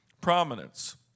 prominence